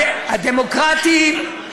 הדמוקרטיים,